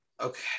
Okay